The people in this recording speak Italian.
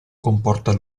comporta